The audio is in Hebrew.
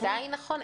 זה עדיין נכון,